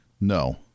No